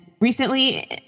recently